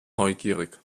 neugierig